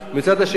מצד שני,